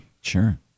sure